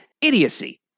idiocy